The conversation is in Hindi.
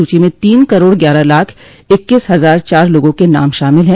सूची में तीन करोड़ ग्यारह लाख इक्कीस हजार चार लोगों के नाम शामिल हैं